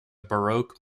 baroque